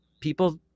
people